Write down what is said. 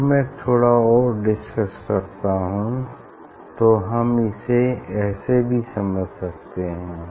अगर मैं थोड़ा और डिस्कस करता हूँ तो हम इसे ऐसे भी समझ सकते हैं